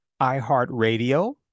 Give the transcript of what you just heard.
iHeartRadio